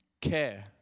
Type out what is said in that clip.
care